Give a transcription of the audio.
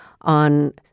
on